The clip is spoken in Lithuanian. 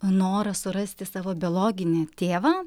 norą surasti savo biologinį tėvą